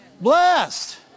Blessed